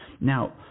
Now